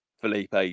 Felipe